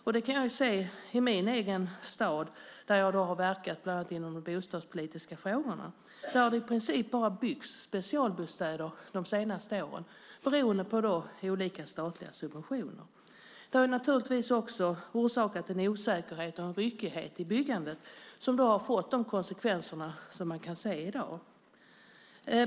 Jag kan se i min egen hemstad, där jag har verkat bland annat inom det bostadspolitiska området, att det i princip bara byggts specialbostäder de senaste åren beroende på olika statliga subventioner. Det har naturligtvis orsakat en osäkerhet och ryckighet i byggandet som har fått de konsekvenser som man kan se i dag.